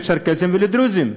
לצ'רקסים ולדרוזים.